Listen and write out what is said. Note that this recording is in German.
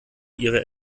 ihre